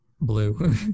blue